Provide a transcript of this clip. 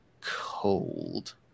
cold